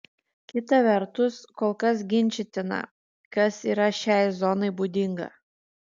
kita vertus kol kas ginčytina kas yra šiai zonai būdinga